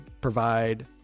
provide